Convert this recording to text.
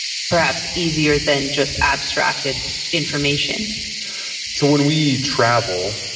perhaps easier than just abstracted information so when we travel,